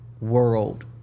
world